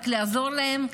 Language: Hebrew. רק לעזור להם,